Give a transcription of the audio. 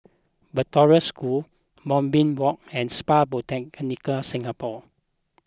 Victoria School Moonbeam Walk and Spa Botanica Singapore